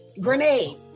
Grenade